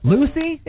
Lucy